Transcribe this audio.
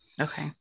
okay